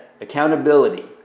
accountability